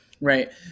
Right